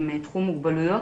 עם תחום מוגבלויות,